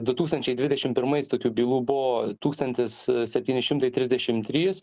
du tūkstančiai dvidešim pirmais tokių bylų buvo tūkstantis septyni šimtai trisdešim trys